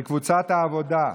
של קבוצת העבודה.